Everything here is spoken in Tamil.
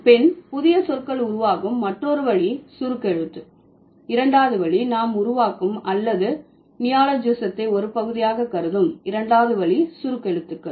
பின் புதிய சொற்கள் உருவாகும் மற்றொரு வழி சுருக்கெழுத்து இரண்டாவது வழி நாம் உருவாக்கும் அல்லது நியோலாஜிஸத்தை ஒரு பகுதியாக கருதும் இரண்டாவது வழி சுருக்கெழுத்துக்கள்